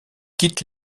quitte